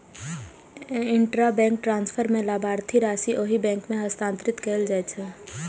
intrabank transfer मे लाभार्थीक राशि ओहि बैंक मे हस्तांतरित कैल जाइ छै